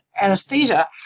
anesthesia